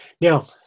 Now